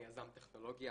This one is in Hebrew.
אני יזם טכנולוגיה,